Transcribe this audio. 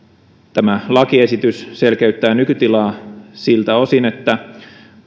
tämä lakiesitys selkeyttää nykytilaa siltä osin että